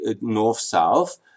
north-south